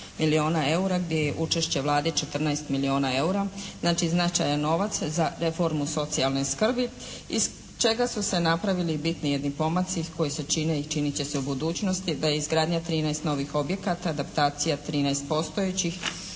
milijuna eura gdje je učešće Vlade 14 milijuna eura. Znači, značajan novac za reformu socijalne skrbi iz čega su se napravili bitni jedni pomaci koji se čine i činit će se u budućnosti, da izgradnja 13 novih objekata, adaptacija 13 postojećih